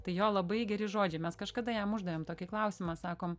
tai jo labai geri žodžiai mes kažkada jam uždavėm tokį klausimą sakom